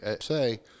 say